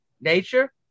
nature